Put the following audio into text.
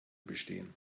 bestehen